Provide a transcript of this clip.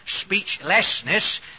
speechlessness